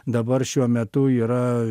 dabar šiuo metu yra